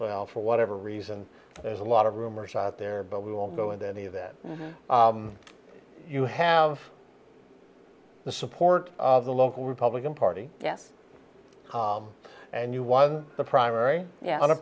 well for whatever reason there's a lot of rumors out there but we won't go into any of that you have the support of the local republican party yes and you won the primary